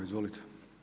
Izvolite.